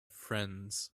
friends